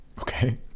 okay